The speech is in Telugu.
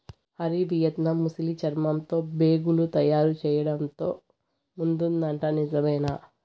హరి, వియత్నాం ముసలి చర్మంతో బేగులు తయారు చేయడంతో ముందుందట నిజమేనా